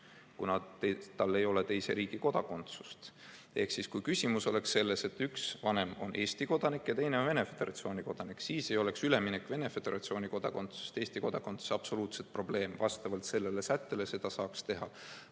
kuna tal ei ole teise riigi kodakondsust. Kui oleks nii, et üks vanem on Eesti kodanik ja teine on Venemaa Föderatsiooni kodanik, siis ei oleks üleminek Venemaa Föderatsiooni kodakondsusest Eesti kodakondsusse absoluutselt probleem, vastavalt sellele sättele seda saaks teha.